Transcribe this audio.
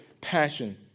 passion